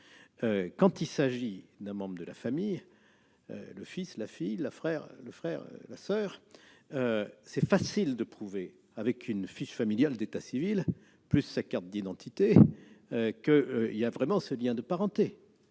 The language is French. Quand il s'agit d'un membre de la famille- le fils, la fille, le frère, la soeur -, il est facile de prouver, avec une fiche familiale d'état civil et sa carte d'identité, l'existence de ce lien de parenté.